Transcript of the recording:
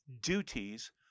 duties